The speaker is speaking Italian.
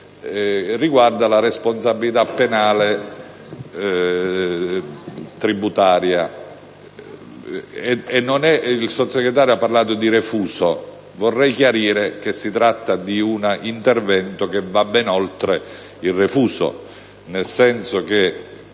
riguarda la responsabilità penale tributaria. Il Sottosegretario ha parlato di refuso, ma io vorrei chiarire che si tratta di un intervento che va ben oltre il refuso. Infatti,